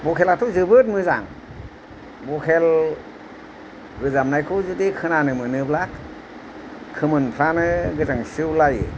vocal आथ' जोबोत मोजां भकेल रोजाबनायखौ जुदि खोनानो मोनोब्ला खोमोनफ्रानो गोजांस्रिउ लायो